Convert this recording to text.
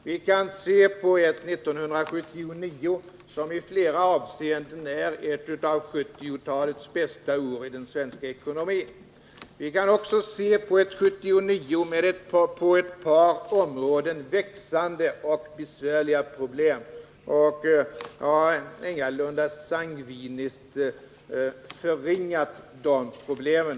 Vi kan se på ett 1979, som i flera avseenden är ett av 1970-talets bästa år i den svenska ekonomin. Vi kan också se på ett 1979 med på ett par områden växande och besvärliga problem. Jag har ingalunda sangviniskt förringat de problemen.